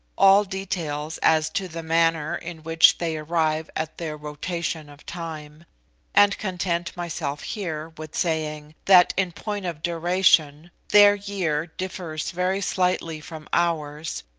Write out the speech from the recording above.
all details as to the manner in which they arrive at their rotation of time and content myself here with saying, that in point of duration, their year differs very slightly from ours,